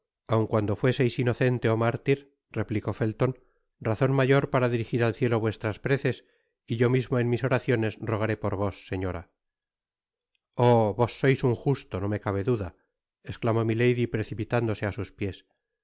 aun cuando fueseis inocente ó mártir replicó felton razon mayor para dirigir al cielo vnestras preces y yo mismo en mis oraciones rogaré por vos señora oh vos sois un justo no me cabe duda esclamó milady precipitándose á sus piés